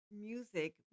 music